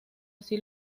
así